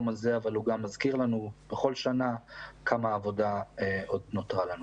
אבל הוא מזכיר לנו בכל שנה כמה עבודה עוד נותרה לנו.